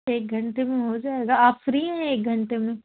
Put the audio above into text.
ایک گھنٹے میں ہو جائے گا آپ فری ہیں ایک گھنٹے میں